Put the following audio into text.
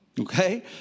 Okay